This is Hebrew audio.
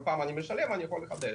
כל פעם אני משלם ואני יכול לחדש.